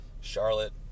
Charlotte